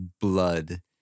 blood